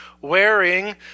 wearing